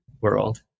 world